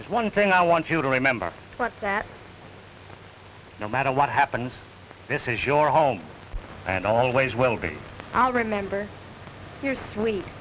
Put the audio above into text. it's one thing i want you to remember that no matter what happens this is your home and always will be i'll remember your sweet